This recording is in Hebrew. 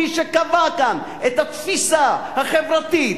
מי שקבע כאן את התפיסה החברתית,